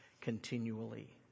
continually